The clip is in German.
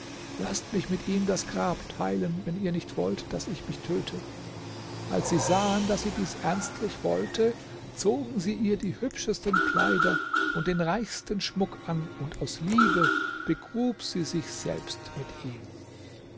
laßt mich mit ihm das grab teilen wenn ihr nicht wollt daß ich mich töte als sie sahen daß sie dies ernstlich wollte zogen sie ihr die hübschesten kleider und den reichsten schmuck an und aus liebe begrub sie sich selbst mit ihm